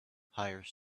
hires